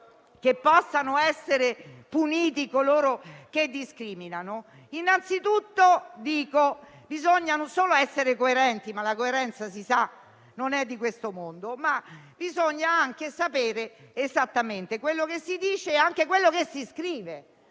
che possano essere puniti coloro che discriminano, innanzitutto bisogna, non solo essere coerenti -ma la coerenza, si sa, non è di questo mondo - ma anche sapere quello che si dice e quello che si scrive.